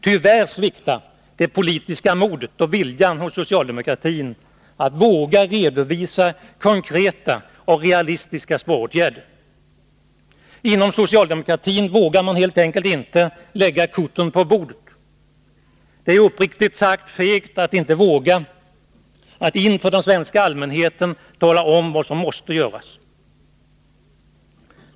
Tyvärr sviktar det politiska modet och viljan hos socialdemokratin när det gäller att redovisa konkreta och realistiska sparåtgärder. Man vågar helt enkelt inte lägga korten på bordet. Det är uppriktigt sagt fegt av socialdemokraterna att inte tala om för den svenska allmänheten vad som måste göras.